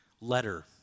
letter